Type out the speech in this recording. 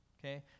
Okay